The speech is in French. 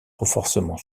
renforcement